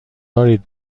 دارید